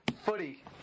Footy